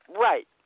right